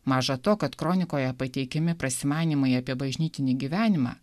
maža to kad kronikoje pateikiami prasimanymai apie bažnytinį gyvenimą